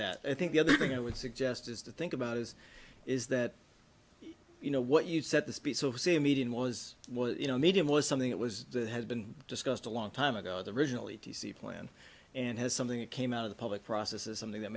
that i think the other thing i would suggest is to think about is is that you know what you said the speed so it's a median was what you know median was something that was that has been discussed a long time ago the original e t c plan and has something that came out of the public process is something that